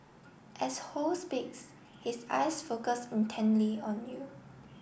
as Ho speaks his eyes focus intently on you